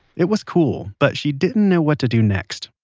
it was cool, but she didn't know what to do next.